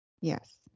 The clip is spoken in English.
Yes